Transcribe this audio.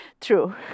true